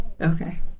Okay